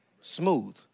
Smooth